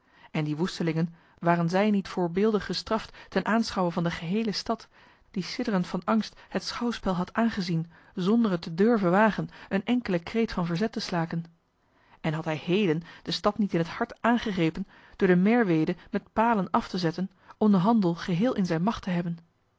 en die woestelingen waren zij niet voorbeeldig gestraft ten aanschouwe van de geheele stad die sidderend van angst het schouwspel had aangezien zonder het te durven wagen een enkelen kreet van verzet te slaken en had hij heden de stad niet in het hart aangegrepen door de merwede met palen af te zetten om den handel geheel in zijne macht te hebben